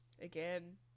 again